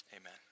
Amen